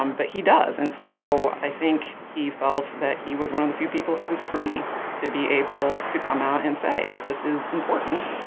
um but he does. and so i think he felt that he was one of the few people who was free to be able to come out and say that this is important.